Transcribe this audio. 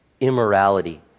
immorality